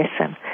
listen